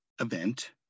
event